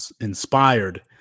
inspired